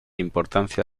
importancia